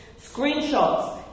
screenshots